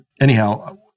anyhow